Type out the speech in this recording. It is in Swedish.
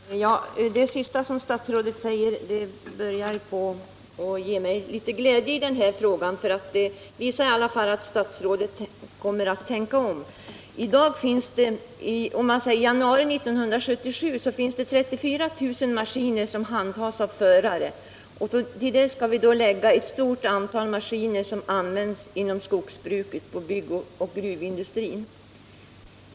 Herr talman! Det sista som statsrådet säger ger mig litet glädje i den här frågan. Det visar i alla fall att statsrådet kommer att tänka om. I januari 1977 fanns det 34 000 maskiner som handhades av förare, och till detta skall man lägga ett stort antal maskiner som används inom skogsbruket och inom byggoch gruvindustrin.